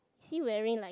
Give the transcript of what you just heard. he wearing like